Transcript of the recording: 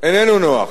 אינו נוח,